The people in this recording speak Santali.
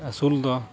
ᱟᱹᱥᱩᱞ ᱫᱚ